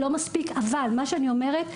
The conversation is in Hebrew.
לא מספיק אבל מה שאני אומרת,